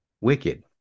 Wicked